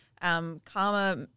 Karma